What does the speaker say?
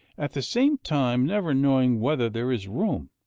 at the same time never knowing whether there is room,